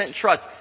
trust